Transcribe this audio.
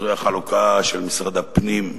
זו החלוקה של משרד הפנים,